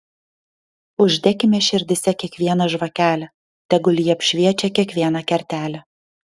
uždekime širdyse kiekvieną žvakelę tegul ji apšviečia kiekvieną kertelę